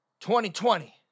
2020